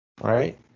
right